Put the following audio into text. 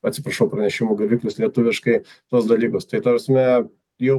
atsiprašau pranešimų gaviklius lietuviškai tuos dalykus tai ta prasme jau